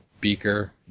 beaker